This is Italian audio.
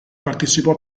partecipò